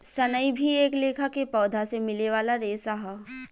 सनई भी एक लेखा के पौधा से मिले वाला रेशा ह